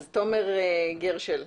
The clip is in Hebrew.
תומר גרטל,